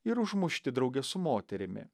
ir užmušti drauge su moterimi